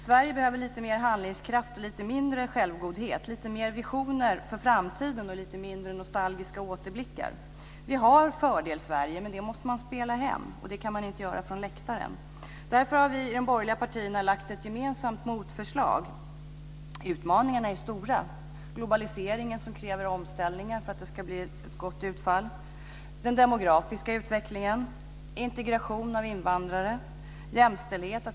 Sverige behöver lite mer av handlingskraft och lite mindre av självgodhet, lite mer av visioner om framtiden och lite mindre av nostalgiska återblickar. Vi har fördel Sverige, men poängen måste spelas hem, och det kan inte göras från läktaren. De borgerliga partierna har därför lagt fram ett gemensamt motförslag. Utmaningarna är stora. Globaliseringen kräver omställningar för att det ska bli ett gott utfall. Det gäller vidare den demografiska utvecklingen, integration av invandrare och jämställdhet.